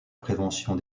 prévention